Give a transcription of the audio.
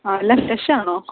ആ എല്ലാം ഫ്രഷ് ആണോ